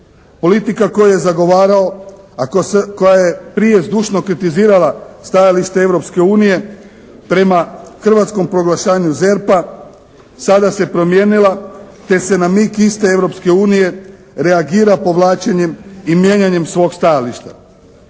Politika koju je zagovarao, a koja je prije zdušno kritizirala stajalište Europske unije prema hrvatskom proglašenju ZERP-a sada se promijenila, te se na mig iste Europske unije reagira povlačenjem i mijenjanjem svog stajališta.